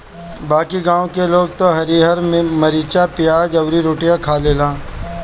बाकी गांव के लोग त हरिहर मारीचा, पियाज अउरी रोटियो खा लेला